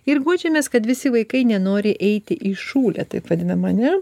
ir guodžiamės kad visi vaikai nenori eiti į šūlę taip vadiną ane